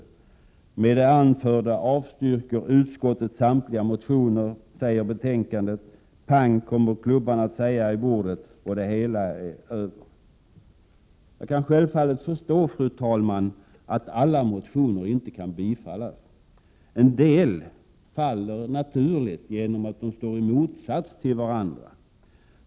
Med det anförda avstyrker utskottet samtliga motioner, står det i betänkandet. Pang säger det när klubban slår i bordet, och det hela är över. Fru talman! Jag kan självfallet förstå att alla motioner inte kan bifallas. En del faller naturligt, därför att de står i motsats till andra.